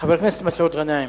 חבר הכנסת מסעוד גנאים,